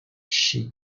she